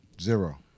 Zero